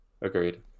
Agreed